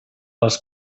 les